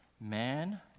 man